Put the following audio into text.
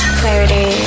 clarity